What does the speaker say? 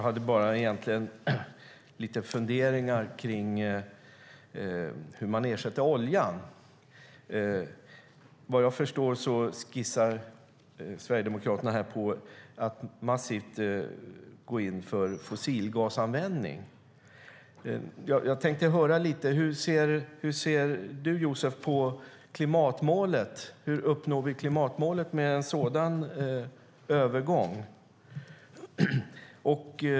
Fru talman! Egentligen har jag bara några funderingar kring hur man ersätter oljan. Såvitt jag förstår skissar Sverigedemokraterna här på att gå in för fossilgasanvändning. Hur ser du, Josef Fransson, på hur vi uppnår klimatmålet med en sådan övergång?